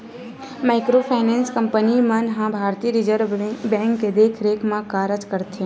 micro finance company मन ह भारतीय रिजर्व बेंक के देखरेख म कारज करथे